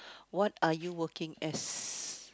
what are you working as